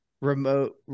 remote